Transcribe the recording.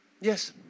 Yes